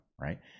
right